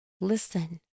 Listen